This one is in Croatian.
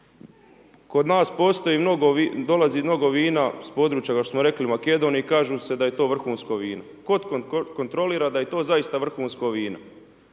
se tiče uvoza, kod nas dolazi mnogo vina s područja, kao što smo rekli Makedonije i kažu se da je to vrhunsko vino. Tko kontrolira da je to zaista vrhunsko vino?